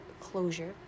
closure